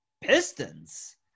Pistons